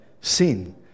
sin